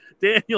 Daniel